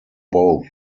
both